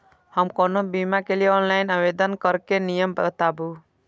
हम कोनो बीमा के लिए ऑनलाइन आवेदन करीके नियम बाताबू?